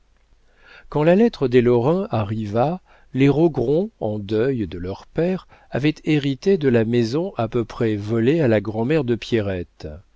quand la lettre des lorrain arriva les rogron en deuil de leur père avaient hérité de la maison à peu près volée à la grand'mère de pierrette